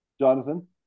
Jonathan